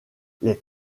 les